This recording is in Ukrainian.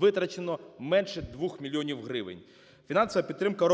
витрачено менше 2 мільйонів гривень; фінансова підтримка